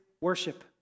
worship